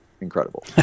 incredible